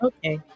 Okay